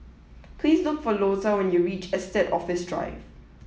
please look for Lota when you reach Estate Office Drive